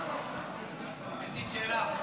יש לי שאלה.